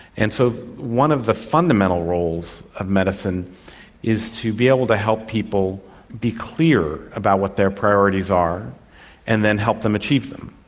and so one of the fundamental roles of medicine is to be able to help people be clear about what their priorities are and then help them achieve them.